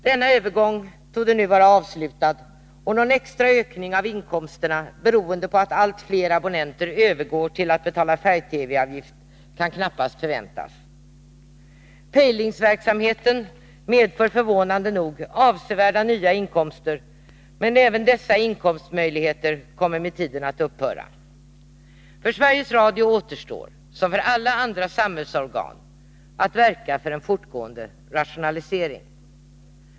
Denna övergång torde nu vara avslutad, och någon extra ökning av inkomsterna, beroende på att allt fler abonnenter övergår till att betala färg-TV-avgift, kan knappast förväntas. Pejlingsverksamheten medför förvånande nog avsevärda nya inkomster, men även dessa inkomstmöjligheter kommer med tiden att upphöra. För Sveriges Radio återstår som för alla andra samhällsorgan att verka för en fortgående rationalisering.